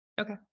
Okay